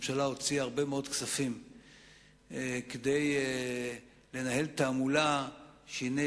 הממשלה הוציאה הרבה מאוד כספים כדי לנהל תעמולה שהנה,